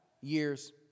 years